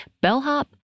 bellhop